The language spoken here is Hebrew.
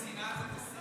שנאה זה בשי"ן.